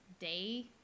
day